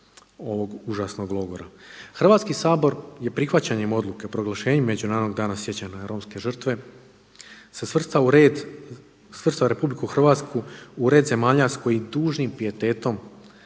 Hrvatski sabor je prihvaćanjem odluke o proglašenju Međunarodnog dana sjećanja na romske žrtve se svrstao u red, svrstao RH u red zemalja s koji tužnim pijetetom